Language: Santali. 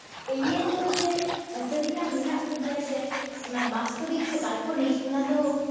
ᱮᱞᱤᱭᱟᱱ ᱫᱚ ᱡᱮ ᱥᱟᱹᱨᱤᱱᱟᱜ ᱢᱮᱱᱟᱜ ᱠᱚᱜᱮᱭᱟ ᱥᱮ ᱚᱱᱟ ᱵᱟᱥᱛᱚᱵᱤᱠ ᱥᱮ ᱠᱟᱞᱯᱚᱱᱤᱠ ᱚᱱᱟᱫᱚ